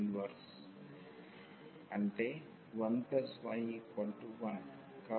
కాబట్టి yఅనేది 0